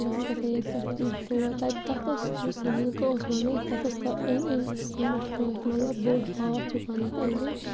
بہٕ ٲسٕس گژھان ییٚتہِ پٮ۪ٹھ تور تَتہِ تَتھ اوس یُس سُہ نلکہٕ اوس بَنٲیِتھ تَتھ اوس تہ أنٛدۍ أنٛدۍ سیٖمَٹھ ترٛٲیِتھ مطلب بوٚڈ پاتھ ہیوٗ بَنٲیِتھ أنٛدۍ أنٛدۍ